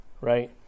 right